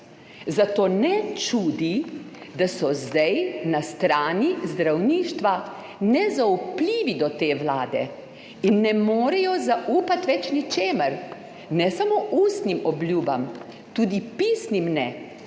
Zato ne čudi, da so zdaj na strani zdravništva nezaupljivi do te vlade in ne morejo več zaupati ničemur, ne samo ustnim obljubam, tudi pisnim ne.